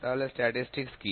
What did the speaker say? তাহলে স্ট্যাটিসটিকস কি